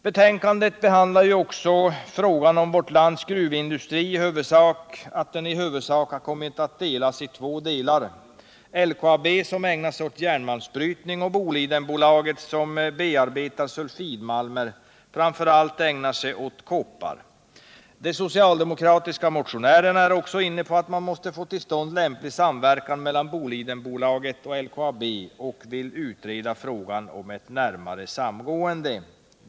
Betänkandet behandlade också frågan om vårt lands gruvindustri som i huvudsak kommit att delas i två delar: LKAB, som ägnar sig åt järnmalmsbrytning, och Bolidenbolaget, som bearbetar sulfidmalmer och som framför allt ägnar sig åt koppar. De socialdemokratiska motionärerna är också inne på att man måste få till stånd lämplig samverkan mellan Bolidenbolaget och LKAB, och de vill utreda frågan om ett närmare samgående.